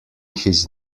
his